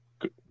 good